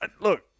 look